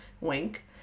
Wink